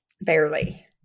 Barely